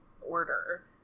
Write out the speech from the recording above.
order